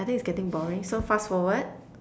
I think is getting boring so fast forward